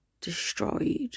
destroyed